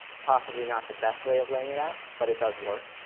possibly not the best way of laying it out, but it does work.